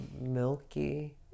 milky